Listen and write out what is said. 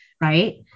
right